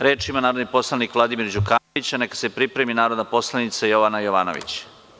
Reč ima narodni poslanik Vladimir Đukanović, neka se pripremi narodna poslanica Jovana Jovanović.